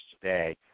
today